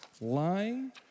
lying